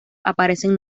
aparecen